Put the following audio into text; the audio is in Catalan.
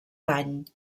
dany